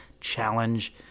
Challenge